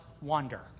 wonder